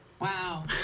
Wow